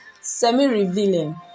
semi-revealing